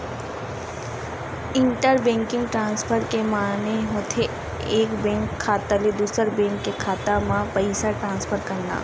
inter banking transfer के माने होथे एक बेंक खाता ले दूसर बेंक के खाता म पइसा ट्रांसफर करना